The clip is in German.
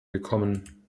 gekommen